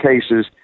cases